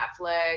Netflix